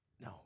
No